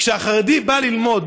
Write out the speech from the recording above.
כשהחרדי בא ללמוד,